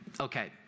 okay